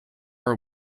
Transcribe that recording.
are